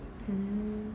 mm